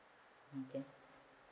mm k